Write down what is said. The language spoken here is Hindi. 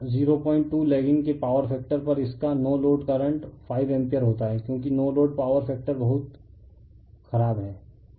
02 लैगिंग के पावर फैक्टर पर इसका नो लोड करंट 5 एम्पीयर होता है क्योंकि नो लोड पावर फैक्टर बहुत खराब है